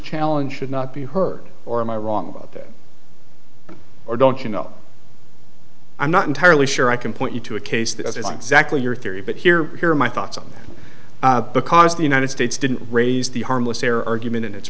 challenge should not be heard or am i wrong about that or don't you know i'm not entirely sure i can point you to a case that is exactly your theory but here here are my thoughts on that because the united states didn't raise the harmless error argument in it